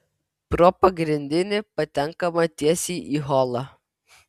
pro pagrindinį patenkama tiesiai į holą